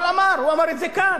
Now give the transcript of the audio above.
הוא אמר, הוא אמר את זה כאן.